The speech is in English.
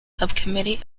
subcommittee